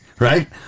Right